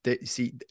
see